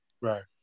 Right